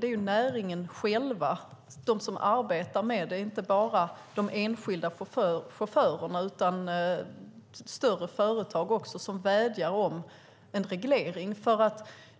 Det är näringen själv och de som arbetar där, inte bara de enskilda chaufförerna utan också större företag, som vädjar om en reglering.